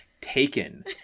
taken